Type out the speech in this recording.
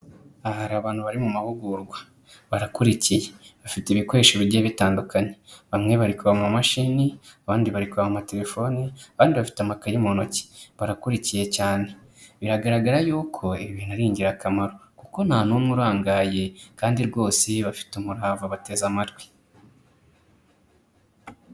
Aha abantu hari abantu bari mu mahugurwa; barakurikiye, bafite ibikoresho bigiye bitandukanye. Bamwe bari kureba mu mashini, abandi bari kureba mu amaterefoni, abandi bafite amakaye mu ntoki. Barakurikiye cyane, biragaragara yuko ibintu ari ingirakamaro kuko nta n'umwe urangaye kandi rwose bafite umurava bateze amatwi.